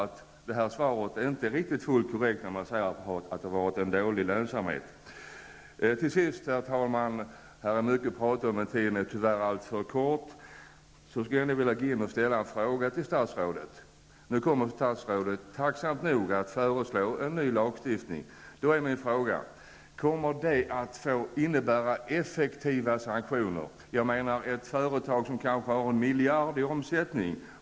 Här avlämnat svar är inte riktigt korrekt. Det sägs ju där att det har varit dålig lönsamhet i detta sammanhang. Till sist, herr talman, vill jag bara säga följande. Det finns mycket att säga. Tyvärr är taletiden alltför kort. Jag vill dock ställa en fråga till statsrådet. Tack och lov kommer statsrådet att föreslå en ny konkurrenslagstiftning. Min fråga är då: Kommer det att innebära effektiva sanktioner? Ett företag kan ju ha 1 miljard i omsättning.